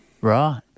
Right